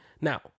Now